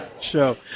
show